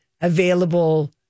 available